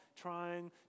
trying